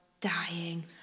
dying